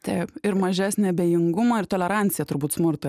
taip ir mažesnį abejingumą ir toleranciją turbūt smurtui